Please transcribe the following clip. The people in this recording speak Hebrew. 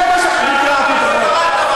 זה מה, קראתי את החוק.